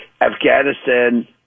Afghanistan